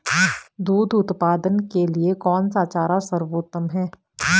दूध उत्पादन के लिए कौन सा चारा सर्वोत्तम है?